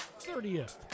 30th